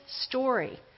story